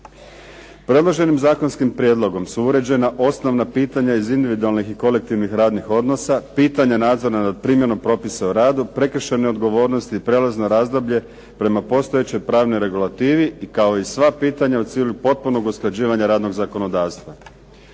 Predloženim zakonskim prijedlogom su uređena osnovna pitanja iz individualnih i kolektivnih radnih odnosa, pitanje nadzora nad primjenom propisa o radu, prekršajne odgovornosti i prijelazno razdoblje prema postojećoj pravnoj regulativi kao i sva pitanja u cilju potpunog usklađivanja radnog zakonodavstva.